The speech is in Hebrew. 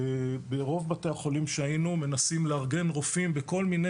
וברוב בתי החולים שהיינו מנסים לארגן רופאים בכל מיני